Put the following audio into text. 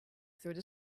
through